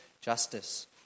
justice